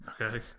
okay